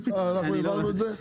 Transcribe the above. הצבעה בעד,